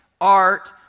art